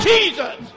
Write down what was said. Jesus